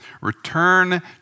Return